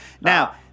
Now